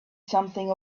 something